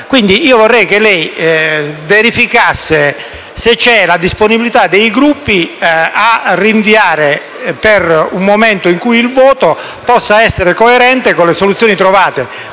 prefissa. Vorrei che verificasse se c'è la disponibilità dei Gruppi a rinviare ad un momento in cui il voto possa essere coerente con le soluzioni trovate